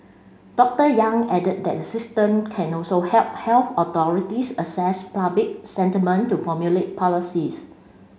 Doctor Yang added that the system can also help health authorities assess public sentiment to formulate policies